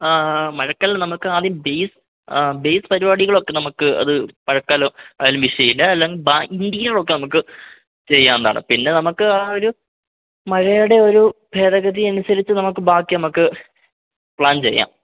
മഴക്കല്ല നമുക്കാദ്യം base base പരുപാടികളൊക്കെ നമുക്ക് അതു മഴക്കാലം ആയാലും വിഷയമില്ല ബാക്കി ഇൻറ്റീരിയർ ഒക്കെ നമുക്ക് ചെയ്യാവുന്നതാണ് പിന്നെ നമുക്കാ ഒരു മഴയുടെ ഒരു ഭേദഗതി അനുസരിച്ച് നമുക്ക് ബാക്കി നമുക്ക് പ്ലാൻ ചെയ്യാം